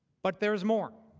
but there is more.